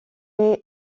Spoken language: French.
est